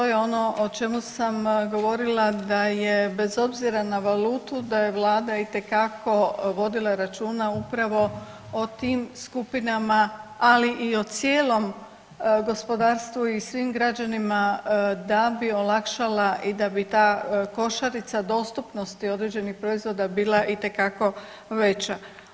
Da, to je ono o čemu sam govorila da je bez obzira na valutu, da je Vlada itekako vodila računa upravo o tim skupinama, ali i o cijelom gospodarstvu i svim građanima da bi olakšala i da bi ta košarica dostupnosti određenih proizvoda bila itekako veća.